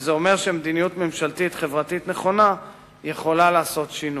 וזה אומר שמדיניות ממשלתית חברתית נכונה יכולה לעשות שינוי.